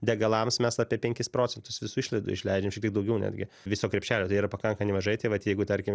degalams mes apie penkis procentus visų išlaidų išleidžiam šitaip daugiau netgi viso krepšelio tai yra pakanka nemažai tai vat jeigu tarkim